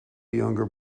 younger